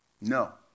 No